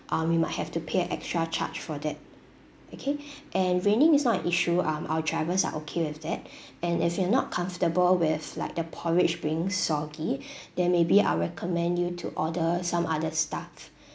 um you might have to pay a extra charge for that okay and raining is not an issue um our drivers are okay with it and if you're not comfortable with like the porridge being soggy then maybe I'll recommend you to order some other stuff